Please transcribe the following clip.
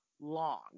long